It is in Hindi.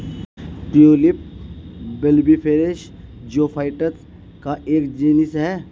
ट्यूलिप बल्बिफेरस जियोफाइट्स का एक जीनस है